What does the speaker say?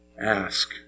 Ask